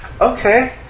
Okay